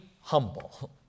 humble